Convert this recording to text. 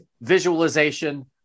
visualization